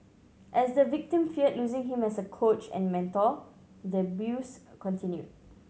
as the victim feared losing him as a coach and mentor the abuse continued